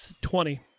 Twenty